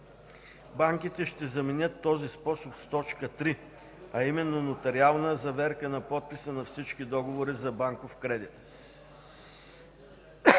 банките ще заменят този способ с т. 3, а именно нотариална заверка на подписа за всички договори за банков кредит.